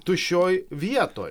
tuščioj vietoj